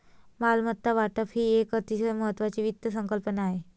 मालमत्ता वाटप ही एक अतिशय महत्वाची वित्त संकल्पना आहे